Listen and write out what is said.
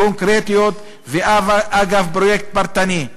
קונקרטיות ואגב פרויקט פרטני.